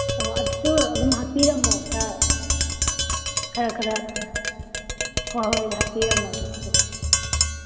ꯑꯣ ꯑꯗꯨꯁꯨ ꯑꯗꯨꯝ ꯍꯥꯞꯄꯤꯔꯝꯃꯣ ꯈꯔ ꯈꯔ ꯈꯔ ꯍꯣꯏ ꯍꯣꯏ ꯍꯥꯞꯄꯤꯔꯝꯃꯣ ꯑꯗꯨꯁꯨ ꯀꯩꯁꯨ ꯀꯥꯏꯗꯦ